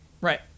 right